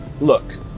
look